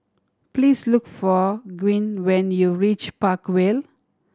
please look for Gwyn when you reach Park Vale